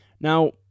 now